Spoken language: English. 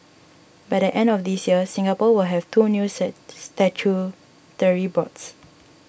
by the end of this year Singapore will have two new set statutory boards